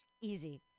easy